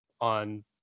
on